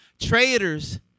traitors